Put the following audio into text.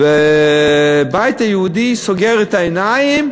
והבית היהודי סוגר את העיניים.